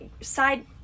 side